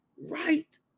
right